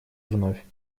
вновь